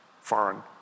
foreign